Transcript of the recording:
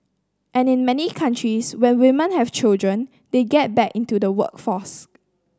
and in many countries when women have children they get back into the workforce